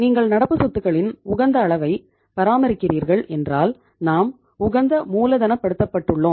நீங்கள் நடப்பு சொத்துகளின் உகந்த அளவை பராமரிக்கிறீர்கள் என்றால் நாம் உகந்த மூலதனபடுத்தப்பட்டுளோம்